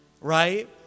right